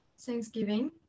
Thanksgiving